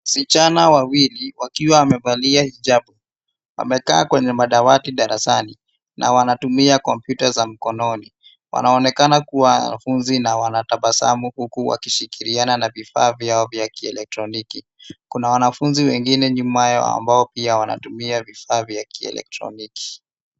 Wasichana wawili wakiwa wamevalia hijabu wamekaa kwenye madawati darasani na wanatumia kompyuta za mkononi .Wanaonekana kuwa wanafunzi na wanatabasamu huku wakishirikiana na vifaa vyao vya kieletroniki. Kuna wanafunzi wengine nyuma yao ambao pia wao wanatumia vifaa vya elektroniki.